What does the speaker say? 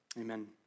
Amen